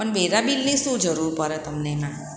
પણ વેરા બિલની શું જરૂર પડે તમને એમાં